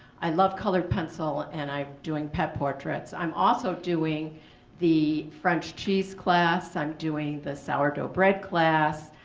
i love colored pencil and i'm doing pet portraits. i'm also doing the french cheese class, i'm doing the sourdough bread class,